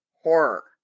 horror